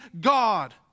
God